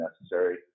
necessary